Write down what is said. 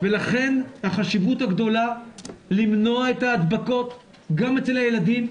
לכן החשיבות הגדולה למנוע את ההדבקות גם אצל הילדים,